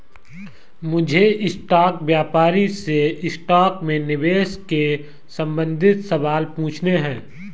मुझे स्टॉक व्यापारी से स्टॉक में निवेश के संबंधित सवाल पूछने है